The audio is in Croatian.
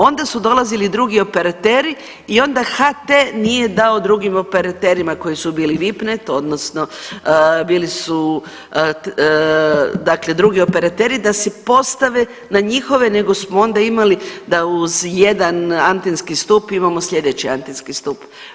Onda su dolazili drugi operateri i onda HT nije dao drugim operaterima koji su bili VIPNET odnosno bili su dakle drugi operateri da se postave na njihove nego smo onda imali da uz jedan antenski stup imamo slijedeći antenski stup.